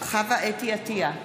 חוה (אתי) עטייה,